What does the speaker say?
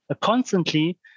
constantly